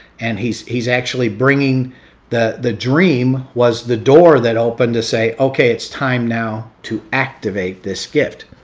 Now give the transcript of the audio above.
and he's he's actually bringing the the dream was the door that opened to say, okay, it's time now to activate this gift.